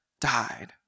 died